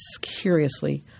curiously